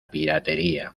piratería